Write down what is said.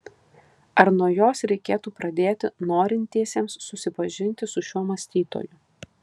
ar nuo jos reikėtų pradėti norintiesiems susipažinti su šiuo mąstytoju